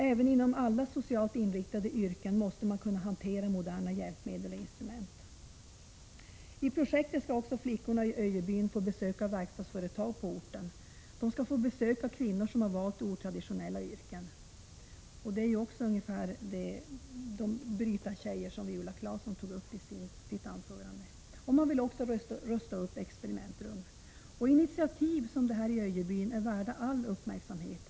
Även inom alla socialt inriktade yrken måste man kunna hantera moderna hjälpmedel och instrument.” De flickor som deltar i projektet i Öjebyn skall också få besöka verkstadsföretag på orten. De skall dessutom få besök av kvinnor som har valt otraditionella yrken — det är de s.k. brytarpersoner som Viola Claesson nämnde i sitt anförande. I projektet vill man också rusta upp experimentrum. Initiativ som det i Öjebyn är värda all uppmärksamhet.